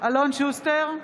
אלון שוסטר,